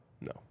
No